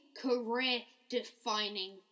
career-defining